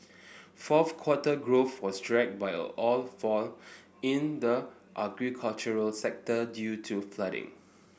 fourth quarter growth was dragged by all fall in the agricultural sector due to flooding